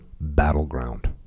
battleground